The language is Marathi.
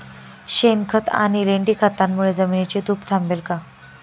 शेणखत आणि लेंडी खतांमुळे जमिनीची धूप थांबेल का?